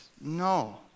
no